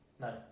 No